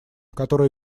которые